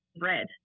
red